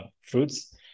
fruits